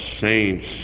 saints